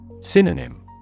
Synonym